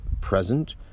present